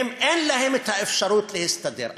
אין להם אפשרות להסתדר.